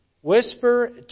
whisper